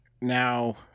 Now